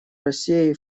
россией